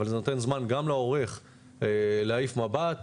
אבל זה נותן זמן גם לעורך להעיף מבט,